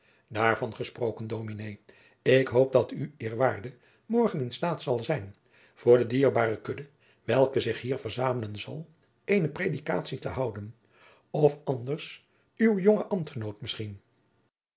daarvan gesproken dominé ik hoop dat u eerwaarde morgen in staat zal zijn voor de dierbare kudde welke zich hier verzamelen zal eene predikatie te houden of anders uw jonge ambtgenoot misschien